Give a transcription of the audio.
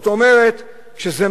זאת אומרת,